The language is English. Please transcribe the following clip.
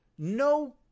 No